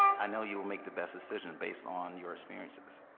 i know you'll make the best decision based on your experiences.